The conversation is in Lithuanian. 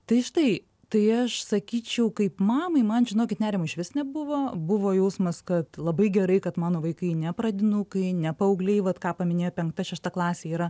tai štai tai aš sakyčiau kaip mamai man žinokit nerimo išvis nebuvo buvo jausmas kad labai gerai kad mano vaikai ne pradinukai ne paaugliai vat ką paminėjo penkta šešta klasė yra